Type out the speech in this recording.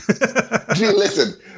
Listen